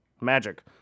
magic